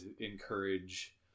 encourage